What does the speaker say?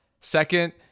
Second